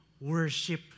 worship